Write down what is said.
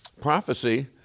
prophecy